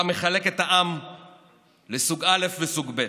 אתה מחלק את העם לסוג א' וסוג ב'.